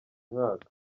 mwaka